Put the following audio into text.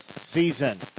season